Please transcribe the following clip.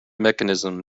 mechanism